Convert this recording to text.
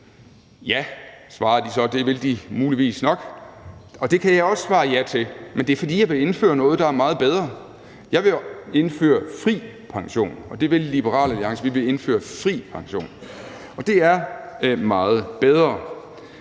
har været et ja, at det vil de muligvis nok, og det kan jeg også svare ja til, men det er, fordi jeg vil indføre noget, der er meget bedre. Jeg vil indføre fri pension, og det vil Liberal Alliance, vi vil indføre fri pension, og det er meget bedre.